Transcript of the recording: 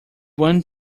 want